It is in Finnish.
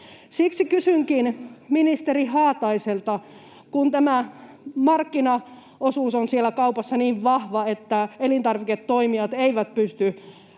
Siksi kysynkin ministeri Haataiselta: Kun tämä markkinaosuus on siellä kaupassa niin vahva, että elintarviketoimijat eivät pysty